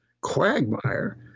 quagmire